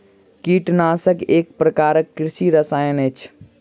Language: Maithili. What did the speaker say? कीटनाशक एक प्रकारक कृषि रसायन अछि